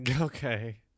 Okay